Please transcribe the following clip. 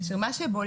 כאשר מה שבולט,